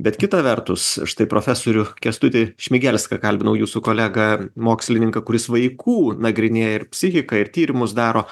bet kita vertus štai profesorių kęstutį šmigelską kalbinau jūsų kolegą mokslininką kuris vaikų nagrinėja ir psichiką ir tyrimus daro